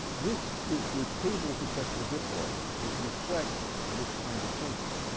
this is the table for sexual diploids that reflects this kind of thinking.